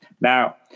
Now